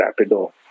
Rapido